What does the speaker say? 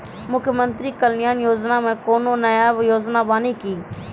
मुख्यमंत्री कल्याण योजना मे कोनो नया योजना बानी की?